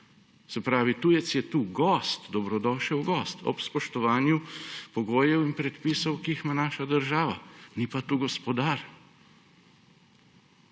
Se pravi, tujec je tu gost, dobrodošel gost ,ob spoštovanju pogojev in predpisov, ki jih ima naša država, ni pa tu gospodar.